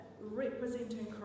representing